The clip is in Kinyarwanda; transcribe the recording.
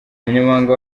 umunyamabanga